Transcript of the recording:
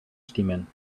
stimmen